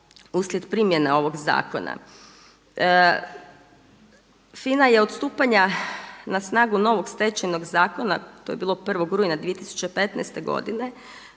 uslijed primjene ovog zakona. FINA je od stupanja na snagu novog Stečajnog zakona to je bilo 1. rujna 2015. godine